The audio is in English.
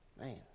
Man